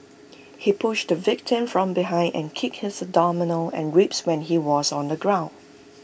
he pushed the victim from behind and kicked his abdomen and ribs when he was on the ground